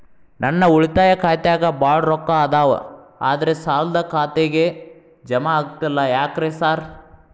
ನನ್ ಉಳಿತಾಯ ಖಾತ್ಯಾಗ ಬಾಳ್ ರೊಕ್ಕಾ ಅದಾವ ಆದ್ರೆ ಸಾಲ್ದ ಖಾತೆಗೆ ಜಮಾ ಆಗ್ತಿಲ್ಲ ಯಾಕ್ರೇ ಸಾರ್?